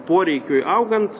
poreikiui augant